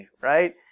right